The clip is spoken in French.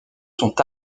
sont